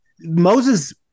Moses